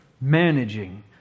managing